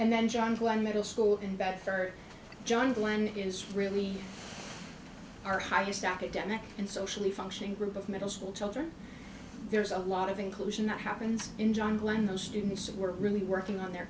and then john one middle school and back third john glenn is really our highest academic and socially functioning group of middle school children there's a lot of inclusion that happens in john glenn those students who are really working on their